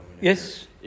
Yes